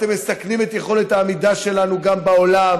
אתם מסכנים את יכולת העמידה שלנו גם בעולם